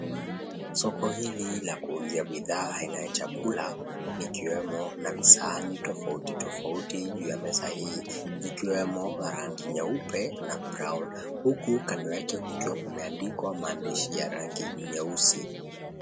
Soko hili la kuuzia bidhaa inayo chakula ikiwemo na visahani tofauti tofauti juu ya meza h𝑖i ikiwemo rangi nyeupe 𝑛𝑎 𝑏rown huku kando yake kukiwa kumeandikwa maandishi ya rangi nyeusi.